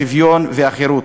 השוויון והחירות.